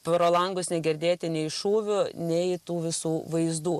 pro langus negirdėti nei šūvių nei tų visų vaizdų